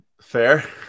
Fair